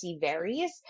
varies